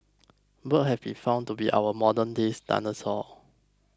birds have been found to be our modernday's dinosaur